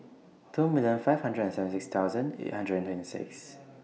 two million five hundred and seventy six thousand eight hundred and twenty six